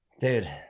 dude